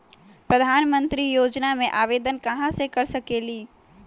प्रधानमंत्री योजना में आवेदन कहा से कर सकेली?